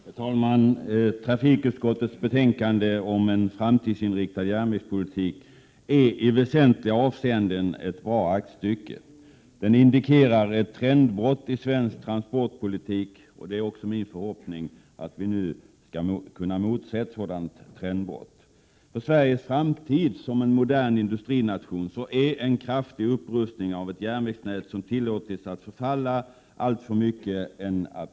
Herr talman! Trafikutskottets betänkande om en framtidsinriktad järnvägspolitik är i väsentliga avseenden ett bra aktstycke. Det indikerar ett trendbrott i svensk transportpolitik, och det är också min förhoppning att vi nu skall kunna motse ett sådant trendbrott. För Sveriges framtid som en modern industrination är det absolut nödvändigt med en kraftig upprustning av ett järnvägsnät som tillåtits förfalla alltför mycket.